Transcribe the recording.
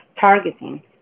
targeting